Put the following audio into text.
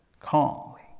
Calmly